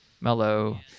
mellow